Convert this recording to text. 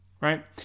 Right